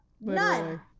None